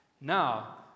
Now